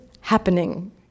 happening